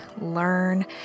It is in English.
learn